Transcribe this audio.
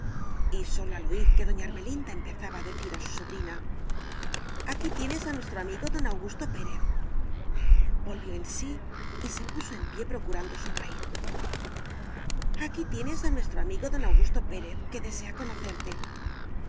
y sólo al oir que doña ermelinda empezaba a decir a su sobrina aquí tienes a nuestro amigo don augusto pérez volvió en sí y se puso en pie procurando sonreír aquí tienes a nuestro amigo don augusto pérez que desea conocerte